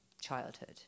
childhood